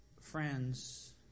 friends